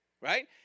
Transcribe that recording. right